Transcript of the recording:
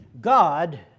God